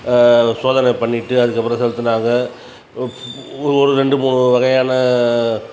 சோதனை பண்ணிவிட்டு அதுக்கப்புறம் செலுத்தினாங்க ஒரு ரெண்டு மூணு வகையான